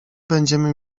będziemy